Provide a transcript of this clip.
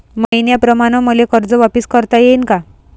मईन्याप्रमाणं मले कर्ज वापिस करता येईन का?